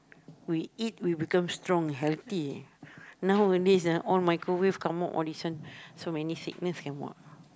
we eat we become strong and healthy nowadays ah all microwave come out all these one so many sickness come out